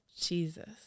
Jesus